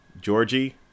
georgie